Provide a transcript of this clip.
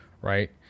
right